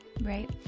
Right